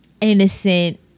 innocent